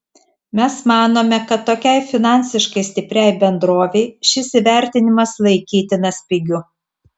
mes manome kad tokiai finansiškai stipriai bendrovei šis įvertinimas laikytinas pigiu